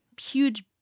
huge